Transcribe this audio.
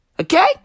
Okay